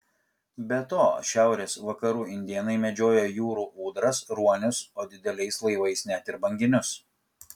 be to šiaurės vakarų indėnai medžiojo jūrų ūdras ruonius o dideliais laivais net ir banginius